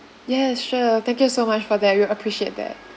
yes sure thank you so much for that we appreciate that